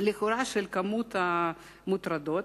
לכאורה במספר המוטרדות,